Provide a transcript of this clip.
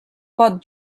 pot